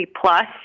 plus